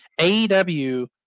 AEW